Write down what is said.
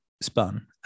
spun